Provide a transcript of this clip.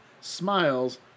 smiles